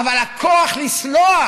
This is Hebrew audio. אבל הכוח לסלוח